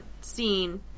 scene